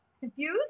confused